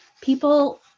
people